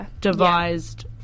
devised